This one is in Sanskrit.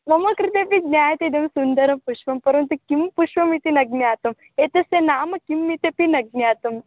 मम कृतेपि ज्ञायते इदं सुन्दरं पुष्पं परन्तु किं पुष्पमिति न ज्ञातम् एतस्य नाम किम् इत्यपि न ज्ञातम्